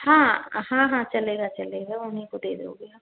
हाँ हाँ हाँ चलेगा चलेगा उन्हीं को दे दोगे आप